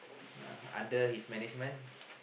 uh under his management